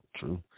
True